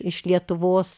iš lietuvos